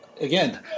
again